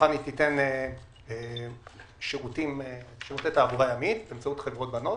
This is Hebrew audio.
שחנ"י תיתן שירותי תעבורה ימית באמצעות חברות בנות,